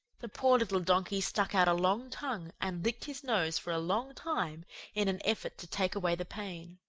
the poor little donkey stuck out a long tongue and licked his nose for a long time in an effort to take away the pain.